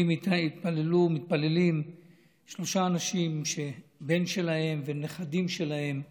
סביבי התפללו ומתפללים שלושה אנשים שבן ונכדים שלהם נהרגו.